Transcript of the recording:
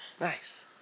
Nice